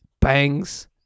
Bangs